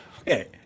Okay